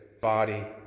body